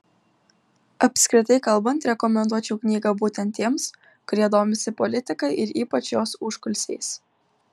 apskritai kalbant rekomenduočiau knygą būtent tiems kurie domisi politika ir ypač jos užkulisiais